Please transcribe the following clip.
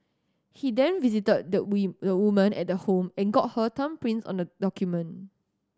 he then visited the we the woman at the home and got her thumbprints on the document